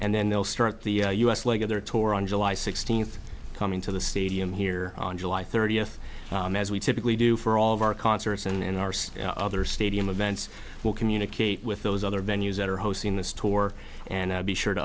and then they'll start the u s leg of their tour on july sixteenth coming to the stadium here on july thirtieth as we typically do for all of our concerts and arse other stadium events will communicate with those other venues that are hosting this tour and i'll be sure to